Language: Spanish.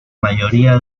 mayoría